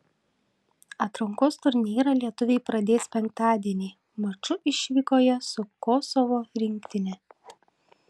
atrankos turnyrą lietuviai pradės penktadienį maču išvykoje su kosovo rinktine